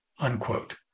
unquote